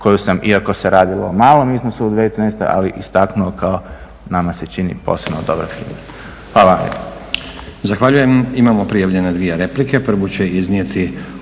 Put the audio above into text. koju sam, iako se radilo o malom iznosu u 2013., ali istaknuo kao, nama se čini, posebno … /Govornik se